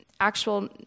actual